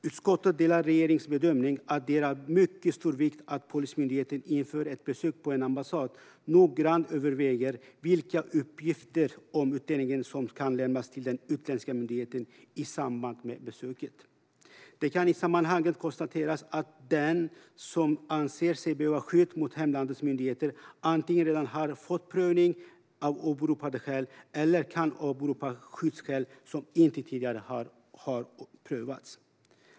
Utskottet delar regeringens bedömning att det är av mycket stor vikt att Polismyndigheten inför ett besök på en ambassad noggrant överväger vilka uppgifter om utlänningen som kan lämnas till den utländska myndigheten i samband med besöket. Det kan i sammanhanget konstateras att den som anser sig behöva skydd mot hemlandets myndigheter antingen redan har fått prövning av åberopade skäl eller kan åberopa skyddsskäl som inte tidigare har prövats.